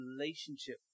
relationship